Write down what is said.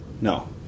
no